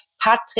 Patrick